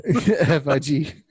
F-I-G